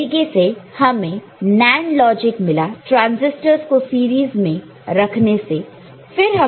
उसी तरीके से हमें NAND लॉजिक मिला ट्रांजिस्टरस को सीरीज में रखने से